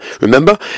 remember